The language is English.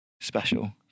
special